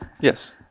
Yes